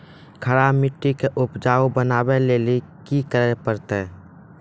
खराब मिट्टी के उपजाऊ बनावे लेली की करे परतै?